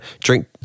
drink